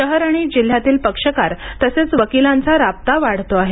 शहर आणि जिल्ह्य़ातील पक्षकार तसेच वकिलांचा राबता वाढतो आहे